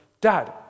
Dad